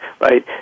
Right